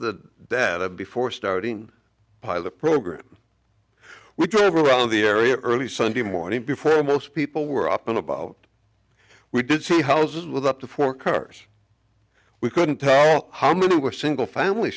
data before starting a pilot program we drove around the area early sunday morning before most people were up and about we did see houses with up to four cars we couldn't tell how many were single family